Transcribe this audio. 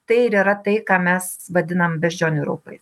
tai ir yra tai ką mes vadinam beždžionių raupais